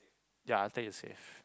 ya after you save